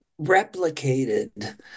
replicated